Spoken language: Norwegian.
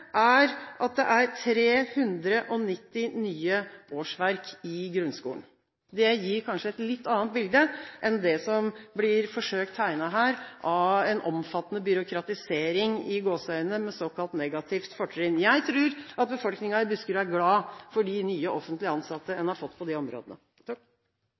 er at det er 390 nye årsverk i grunnskolen. Det gir kanskje et litt annet bilde enn det som blir forsøkt tegnet her av en omfattende «byråkratisering» med såkalt negativt fortrinn. Jeg tror at befolkningen i Buskerud er glad for de nye offentlig ansatte